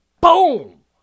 boom